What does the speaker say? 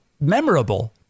memorable